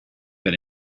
been